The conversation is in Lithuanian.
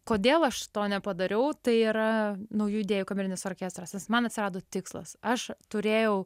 kodėl aš to nepadariau tai yra naujų idėjų kamerinis orkestras nes man atsirado tikslas aš turėjau